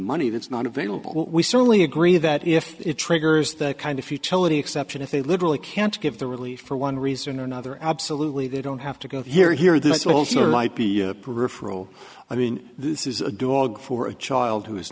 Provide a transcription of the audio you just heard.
money that's not available we certainly agree that if it triggers that kind of futility exception if they literally can't give the relief for one reason or another absolutely they don't have to go here here this will sort of light be peripheral i mean this is a dog for a child who is